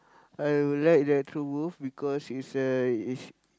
I would like Electrowolf because it's a it's